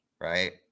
Right